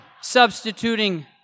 Substituting